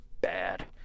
bad